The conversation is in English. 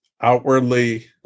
outwardly